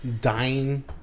dying